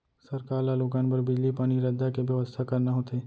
सरकार ल लोगन बर बिजली, पानी, रद्दा के बेवस्था करना होथे